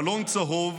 בלון צהוב,